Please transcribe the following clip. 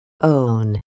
own